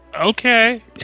okay